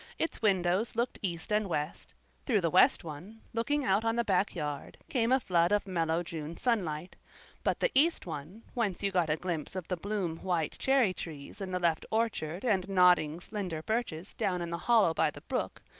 its windows looked east and west through the west one, looking out on the back yard, came a flood of mellow june sunlight but the east one, whence you got a glimpse of the bloom white cherry-trees in the left orchard and nodding, slender birches down in the hollow by the brook,